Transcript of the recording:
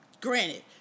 Granted